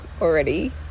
already